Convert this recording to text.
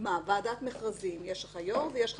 בוועדת מכרזים יש יו"ר ויש חברים.